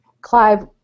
Clive